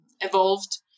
evolved